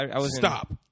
Stop